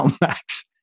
Max